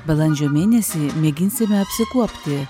balandžio mėnesį mėginsime apsikuopti